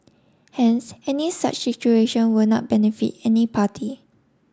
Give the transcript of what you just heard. hence any such situation will not benefit any party